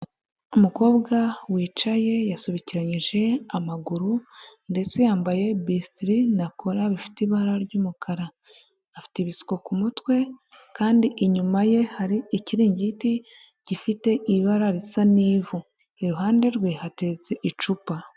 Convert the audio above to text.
Umukobwa wicaye, yasobekeranyije amaguru, ndetse yambaye bisitiri na kola bifite ibara ry'umukara, afite ibisuko ku mutwe, kandi inyuma ye, hari ikiringiti gifite ibara risa n'ivu, iruhande rwe hateretse icupa.